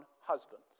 husbands